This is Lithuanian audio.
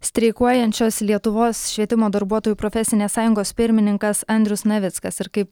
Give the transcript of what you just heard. streikuojančios lietuvos švietimo darbuotojų profesinės sąjungos pirmininkas andrius navickas ir kaip